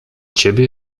ciebie